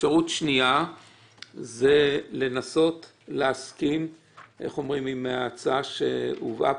אפשרות שנייה היא לנסות להסכים עם ההצעה שהובאה